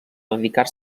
dedicar